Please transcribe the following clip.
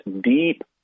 deep